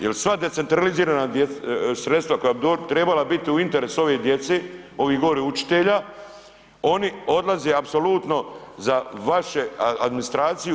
Jel sva decentralizirana sredstva koja bi trebala biti u interesu ove djece, ovih gore učitelja oni odlaze apsolutno za vašu administraciju.